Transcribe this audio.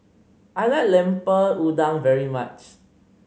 I like Lemper Udang very much